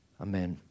Amen